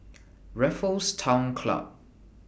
Raffles Town Club